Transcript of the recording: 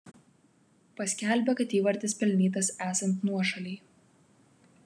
paskelbė kad įvartis pelnytas esant nuošalei